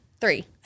three